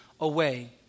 away